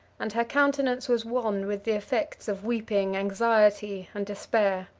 and her countenance was wan with the effects of weeping, anxiety, and despair.